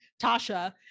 Tasha